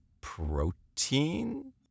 protein